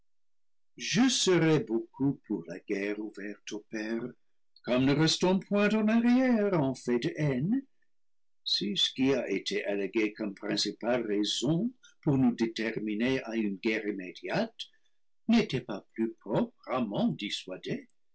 je serais beaucoup pour la guerre ouverte ô pairs comme ne restant point en arrière en fait de haine si ce qui a été allégué comme principale raison pour nous déterminer à une guerre immédiate n'était pas plus propre à m'en dissuader